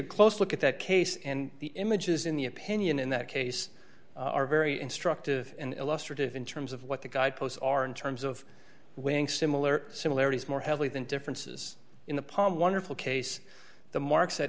a close look at that case and the images in the opinion in that case are very instructive and illustrative in terms of what the guideposts are in terms of winning similar similarities more heavily than differences in the palm wonderful case the marks at